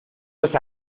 los